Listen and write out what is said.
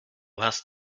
hast